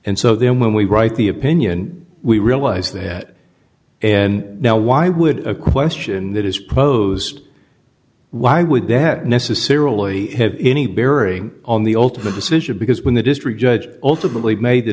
and so then when we write the opinion we realize that and now why would a question that is posed why would they have necessarily have any bearing on the ultimate decision because when the district judge ultimately made the